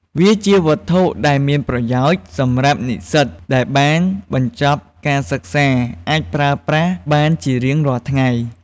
វាជាវត្ថុដែលមានប្រយោជន៍ សម្រាប់និស្សិតដែលបានបញ្ចប់ការសិក្សាអាចប្រើប្រាស់បានជារៀងរាល់ថ្ងៃ។